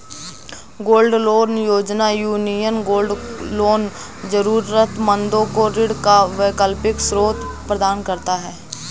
gold loan योजना, union gold loan जरूरतमंदों को ऋण का वैकल्पिक स्रोत प्रदान करता है